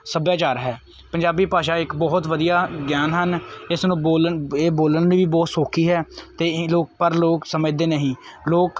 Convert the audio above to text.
ਸੱਭਿਆਚਾਰ ਹੈ ਪੰਜਾਬੀ ਭਾਸ਼ਾ ਇੱਕ ਬਹੁਤ ਵਧੀਆ ਗਿਆਨ ਹਨ ਇਸ ਨੂੰ ਬੋਲਣ ਇਹ ਬੋਲਣ ਲਈ ਵੀ ਬਹੁਤ ਸੌਖੀ ਹੈ ਅਤੇ ਇਹ ਲੋਕ ਪਰ ਲੋਕ ਸਮਝਦੇ ਨਹੀਂ ਲੋਕ